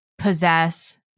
possess